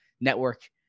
network